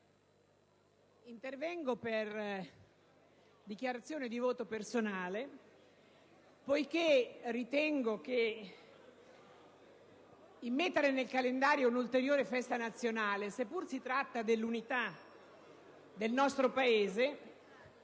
intervengo per dichiarazione di voto a titolo personale, poiché ritengo che inserire nel calendario un'ulteriore festa nazionale - pur trattandosi dell'unità del nostro Paese